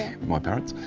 my parrots,